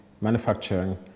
manufacturing